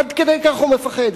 עד כדי כך הוא מפחד,